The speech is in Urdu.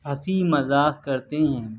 ہنسی مذاق کرتے ہیں